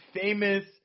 famous